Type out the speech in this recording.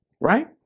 Right